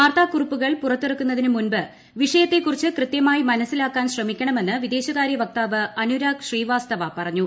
വാർത്താക്കുറിപ്പുകൾ പുറത്തിറക്കുന്നതിന് മുമ്പ് വിഷയത്തെക്കുറിച്ച് കൃത്യമായി മനസിലാക്കാൻ ശ്രമിക്കണമെന്ന് വിദേശകാര്യ വക്താവ് അനുരാഗ് ശ്രീവാസ്തവ പറഞ്ഞു